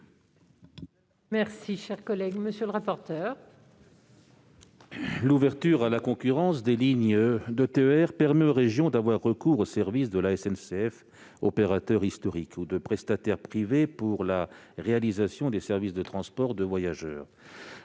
de l'aménagement du territoire ? L'ouverture à la concurrence des lignes de TER permet aux régions d'avoir recours aux services de la SNCF, opérateur historique, ou de prestataires privés pour la réalisation des services de transport de voyageurs.